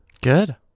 Good